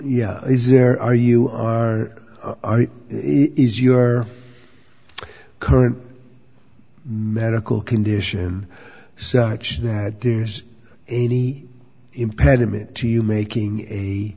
is there are you are are is your current medical condition such that there's any impediment to you making